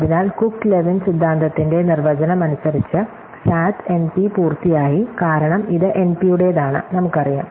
അതിനാൽ Cook Levin സിദ്ധാന്തത്തിന്റെ നിർവചനം അനുസരിച്ച് സാറ്റ് എൻപി പൂർത്തിയായി കാരണം ഇത് എൻപിയുടേതാണ് നമുക്കറിയാം